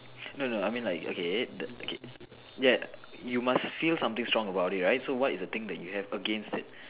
no no I mean like okay the okay ya you must feel something strong about it right so what is the thing you have against it